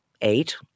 eight